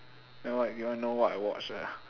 ya why you want know what I watch ah